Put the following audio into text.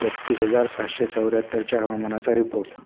तेहत्तीस हजार सहाशे चौऱ्याहत्तरच्या हवामानाचा रिपोट